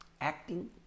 acting